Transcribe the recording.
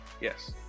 Yes